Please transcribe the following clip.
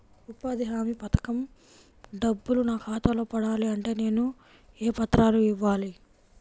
ఉపాధి హామీ పథకం డబ్బులు నా ఖాతాలో పడాలి అంటే నేను ఏ పత్రాలు ఇవ్వాలి?